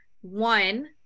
One